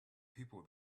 people